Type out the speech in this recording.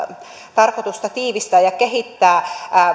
tarkoitus tiivistää ja kehittää